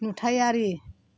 नुथायारि